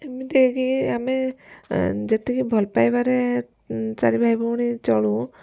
ଏମିତି କି ଆମେ ଯେତିକି ଭଲ ପାଇବାରେ ଚାରି ଭାଇ ଭଉଣୀ ଚଳୁ